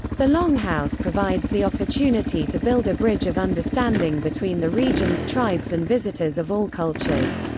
the longhouse provides the opportunity to build a bridge of understanding between the regions' tribes and visitors of all cultures.